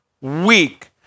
weak